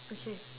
okay